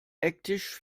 ecktisch